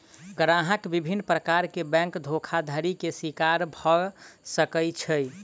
ग्राहक विभिन्न प्रकार के बैंक धोखाधड़ी के शिकार भअ सकै छै